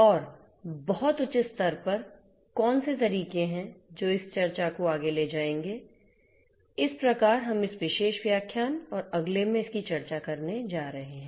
और बहुत उच्च स्तर पर कौन से तरीके हैं जो इस चर्चा को आगे ले जाएंगे इस प्रकार हम इस विशेष व्याख्यान और अगले में इसकी चर्चा करने जा रहे हैं